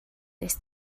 nes